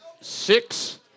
six